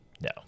No